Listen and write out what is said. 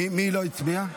מי לא הצביע?